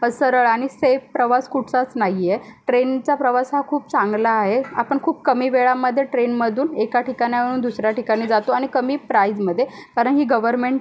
सरळ आणि सेफ प्रवास कुठचाच नाही आहे ट्रेनचा प्रवास हा खूप चांगला आहे आपण खूप कमी वेळामध्ये ट्रेनमधून एका ठिकाणावरुन दुसऱ्या ठिकाणी जातो आणि कमी प्राईजमध्ये कारण ही गवर्मेंट